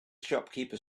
shopkeeper